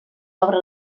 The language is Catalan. obre